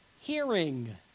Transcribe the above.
hearing